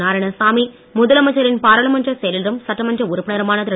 நாராயணசாமி முதலமைச்சரின் பாராளுமன்ற செயலரும் சட்டமன்ற உறுப்பினருமான திரு